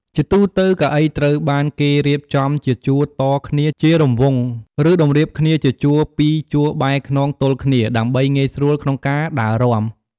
ជាទូទៅ កៅអីត្រូវបានគេរៀបចំជាជួរតគ្នាជារង្វង់ ឬតម្រៀបគ្នាជាជួរពីរជួរបែរខ្នងទល់គ្នា ដើម្បីងាយស្រួលក្នុងការដើររាំ។